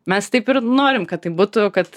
mes taip ir norim kad taip būtų kad